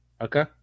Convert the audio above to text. okay